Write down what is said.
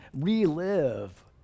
relive